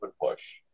push